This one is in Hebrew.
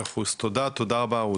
100%, תודה רבה רותי.